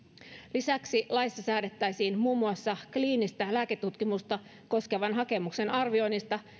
lisäksi laissa säädettäisiin muun muassa kliinistä lääketutkimusta koskevan hakemuksen arvioinnista